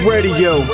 Radio